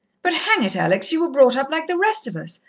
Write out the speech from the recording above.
but hang it, alex, you were brought up like the rest of us.